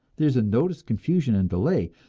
there is noticed confusion and delay,